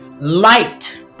light